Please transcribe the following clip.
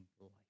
life